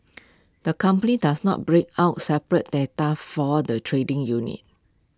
the company does not break out separate data for the trading unit